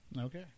Okay